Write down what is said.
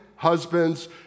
husbands